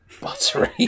Buttery